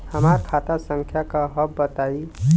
हमार खाता संख्या का हव बताई?